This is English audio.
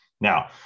Now